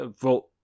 vote